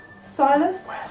Silas